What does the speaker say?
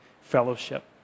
Fellowship